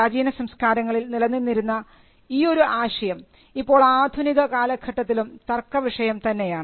പ്രാചീന സംസ്കാരങ്ങളിൽ നിലനിന്നിരുന്ന ഈ ഈ ഒരു ആശയം ഇപ്പോൾ ആധുനിക കാലഘട്ടത്തിലും തർക്ക വിഷയം തന്നെയാണ്